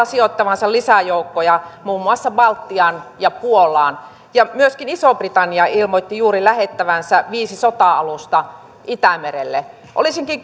sijoittavansa lisäjoukkoja muun muassa baltiaan ja puolaan myöskin iso britannia ilmoitti juuri lähettävänsä viisi sota alusta itämerelle olisinkin